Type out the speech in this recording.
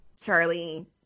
Charlie